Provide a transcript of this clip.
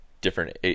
different